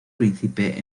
príncipe